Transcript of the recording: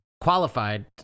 qualified